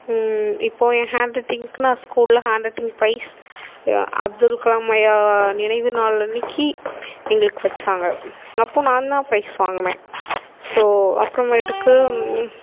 இப்போது என் ஹாண்ட் ரைட்டிங்க்கு நான் ஸ்கூலில் hand writing prize Abdul Kalam ஐயா நினைவு நாள் அன்னிக்கி எங்களுக்கு வைச்சாங்க அப்போது நான் தான் பிரைஸ் வாங்கினேன் ஸோ அப்புறமேட்டுக்கு